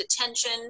attention